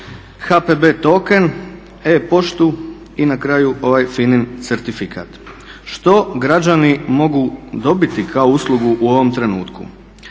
HPB-token, e-poštu i na kraju ovaj FINA-in certifikat. Što građani mogu dobiti kao uslugu u ovom trenutku?